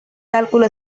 cálculo